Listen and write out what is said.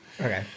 Okay